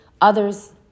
Others